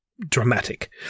dramatic